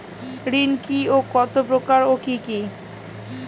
ঋণ কি ও কত প্রকার ও কি কি?